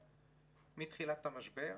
בישראייר מתחילת המשבר,